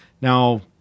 Now